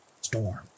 storm